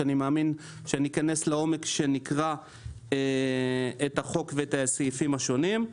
שאני מאמין שניכנס לעומק כשנקרא את החוק ואת הסעיפים השונים.